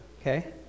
Okay